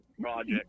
Project